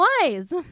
wise